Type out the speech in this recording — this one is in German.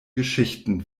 geschichten